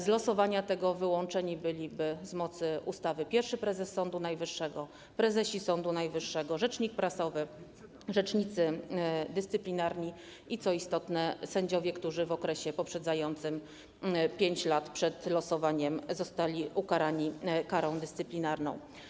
Z losowania tego wyłączeni byliby z mocy ustawy pierwszy prezes Sądu Najwyższego, prezesi Sądu Najwyższego, rzecznik prasowy, rzecznicy dyscyplinarni i, co istotne, sędziowie, którzy w okresie 5 lat poprzedzających losowanie zostali ukarani karą dyscyplinarną.